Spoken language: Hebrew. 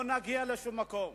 לא נגיע לשום מקום.